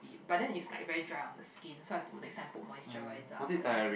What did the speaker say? but then is like very dry on the skin so I to next time put moisturizer after the it